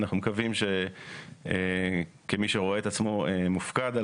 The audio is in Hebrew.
אנחנו מקווים שכמי שרואה את עצמו מופקד על